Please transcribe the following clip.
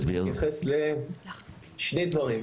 זה מתייחס לשני דברים,